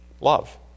love